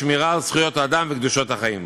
שמירה על זכויות האדם וקדושת החיים.